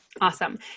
awesome